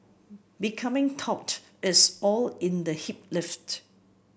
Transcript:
becoming taut is all in the hip lift